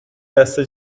دسته